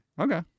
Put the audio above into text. Okay